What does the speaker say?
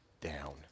down